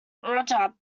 roger